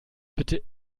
bitte